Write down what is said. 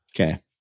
Okay